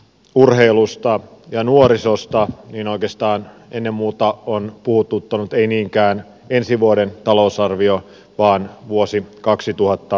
urheilusta ja nuorisosta minuudesta ennen muuta on puhututtanut ei niinkään ensi vuoden talousarvio vaan vuosi kaksituhatta